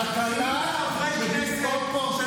תקלה שבמקום פורקי